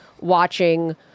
watching